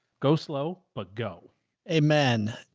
go slow, but go amen.